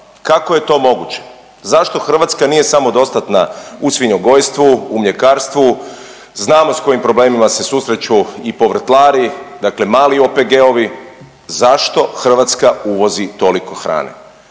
Kako je to moguće? Zašto Hrvatska nije samodostatna u svinjogojstvu, u mljekarstvu, znamo sa kojim problemima se susreću i povrtlari, dakle mali OPG-ovi. Zašto Hrvatska uvozi toliko hrane?